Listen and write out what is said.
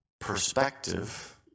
perspective